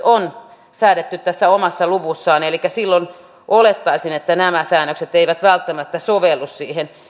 on säädetty omassa luvussaan elikkä silloin olettaisin että nämä säännökset eivät välttämättä sovellu siihen